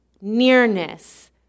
nearness